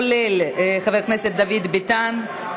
כולל חבר הכנסת דוד ביטן,